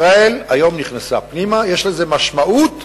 ישראל היום נכנסה פנימה, יש לזה משמעות,